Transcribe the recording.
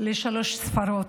לשלוש ספרות.